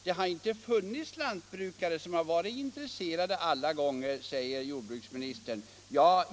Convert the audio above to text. Det har inte funnits lantbrukare som varit intresserade alla gånger, säger jordbruksministern.